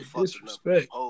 Disrespect